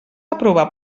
aprovar